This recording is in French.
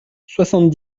soixante